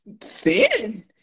thin